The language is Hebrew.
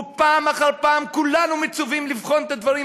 פעם אחר פעם כולנו מצווים לבחון את הדברים